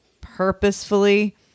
purposefully